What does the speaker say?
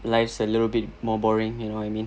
life's a little bit more boring you know what I mean